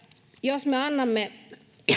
jos me annamme